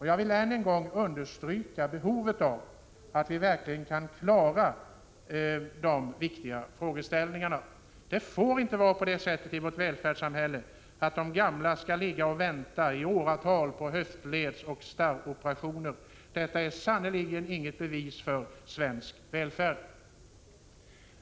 Jag vill än en gång understryka behovet av att verkligen klara av dessa viktiga frågeställningar. Det får inte vara så i vårt välfärdssamhälle att de gamla skall behöva vänta i åratal på höftledseller starroperationer. Detta är sannerligen inget bevis på svensk välfärd.